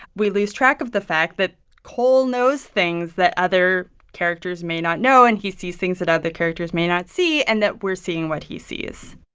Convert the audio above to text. we lose track of the fact that cole knows things that other characters may not know and he sees things that other characters may not see and that we're seeing what he sees